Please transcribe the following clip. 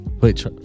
Wait